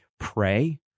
Pray